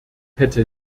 hätte